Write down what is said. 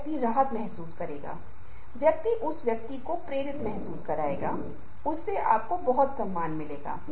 एक बहुत विशिष्ट छवि जहां नॉर्मन रॉकवेल ने बॉडी लैंग्वज को बहुत सूक्ष्मता से प्रदर्शित किया है